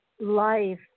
life